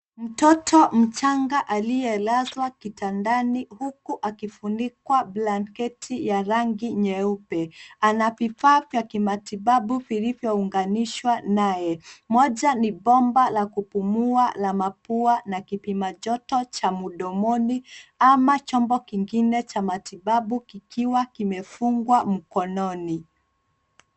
Mtoto mchanga aliyelazwa kitandani huku akifunikwa blanketi ya rangi nyeupe. Ana vifaa vya kimatibabu vilivyounganishwa naye. Moja ni bomba la kupumua la mapua na kipima joto cha mdomoni, ama chombo kingine cha matibabu kikiwa kimefungwa mkononi.